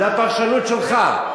זאת הפרשנות שלך.